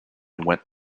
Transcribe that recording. went